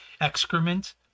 excrement